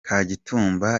kagitumba